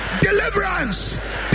Deliverance